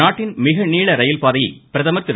நாட்டின் மிக நீள ரயில் பாதையை பிரதமர் திரு